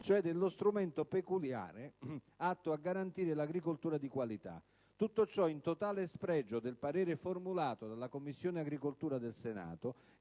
cioè dello strumento peculiare per garantire l'agricoltura di qualità. Tutto ciò in totale spregio del parere formulato dalla Commissione agricoltura del Senato,